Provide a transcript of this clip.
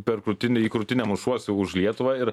per krūtinę į krūtinę mušuosi už lietuvą ir